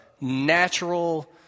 natural